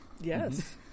Yes